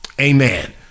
amen